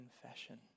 confession